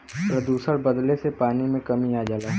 प्रदुषण बढ़ले से पानी में कमी आ जाला